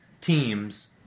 teams